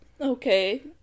Okay